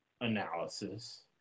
analysis